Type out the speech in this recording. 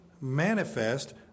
manifest